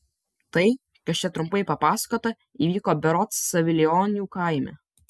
tai kas čia trumpai papasakota įvyko berods savilionių kaime